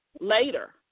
later